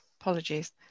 Apologies